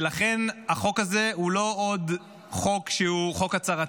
ולכן החוק הזה הוא לא עוד חוק הצהרתי,